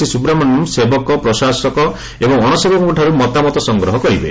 ଶ୍ରୀମ ସୁବ୍ରମଣ୍ୟମ୍ ସେବକ ପ୍ରଶାସନ ଏବଂ ଅଶସେବକଙ୍କଠାରୁ ମତାମତ ସଂଗ୍ରହ କରିବେ